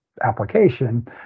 application